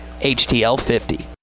HTL50